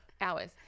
hours